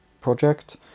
project